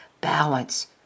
balance